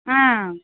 ஆ